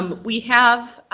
um we have